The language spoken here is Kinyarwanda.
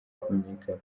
kumenyekana